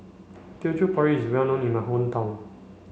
Teochew Porridge is well known in my hometown